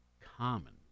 common